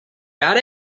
got